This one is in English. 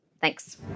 Thanks